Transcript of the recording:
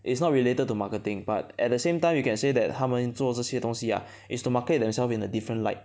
it's not related to marketing but at the same time you can say that 它们做这些东西 ah is to market themselves in a different light